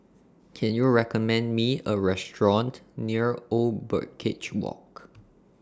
Can YOU recommend Me A Restaurant near Old Birdcage Walk